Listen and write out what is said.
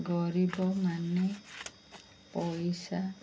ଗରିବମାନେ ପଇସା